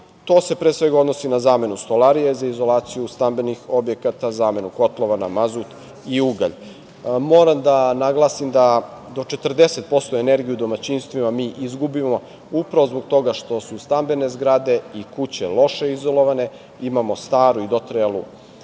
To se pre svega odnosi na zamenu stolarije za izolaciju stambenih objekata, zamenu kotlova na mazut i ugalj. Moram da naglasim da do 40% energije u domaćinstvima mi izgubimo upravo zbog toga što su stambene zgrade i kuće loše izolovane, imamo stare i dotrajale